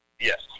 Yes